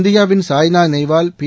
இந்தியாவின் சாய்னா நேவால் பி